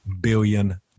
billion